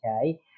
okay